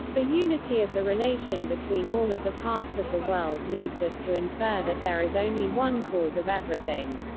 the unity of the relation between all of the parts of the world leads us to infer that there is only one cause of everything.